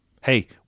hey